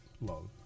love